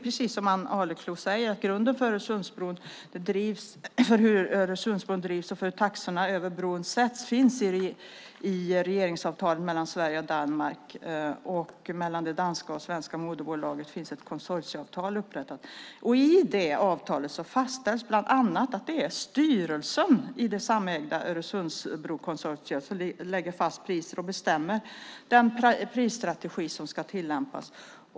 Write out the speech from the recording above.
Precis som Ann Arleklo säger finns grunden för hur Öresundsbron drivs och för hur taxorna för resor över bron sätts i regeringsavtalet mellan Sverige och Danmark. Och mellan det danska och det svenska moderbolaget finns ett konsortieavtal upprättat. I detta avtal fastställs bland annat att det är styrelsen i det samägda Öresundsbrokonsortiet som lägger fast priser och bestämmer vilken prisstrategi som ska tillämpas.